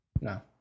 No